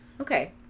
Okay